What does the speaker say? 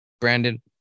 Brandon